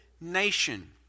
nation